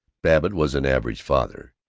babbitt was an average father.